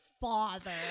father